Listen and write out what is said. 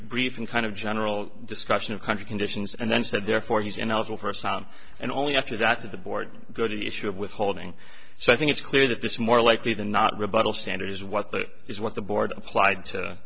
brief and kind of general discussion of country conditions and then said therefore he's an awful person and only after that to the board go to the issue of withholding so i think it's clear that this more likely than not rebuttal standard is what that is what the board applied to